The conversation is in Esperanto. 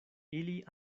ili